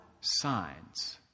signs